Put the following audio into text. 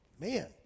Man